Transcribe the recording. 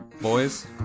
Boys